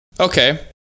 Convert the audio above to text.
Okay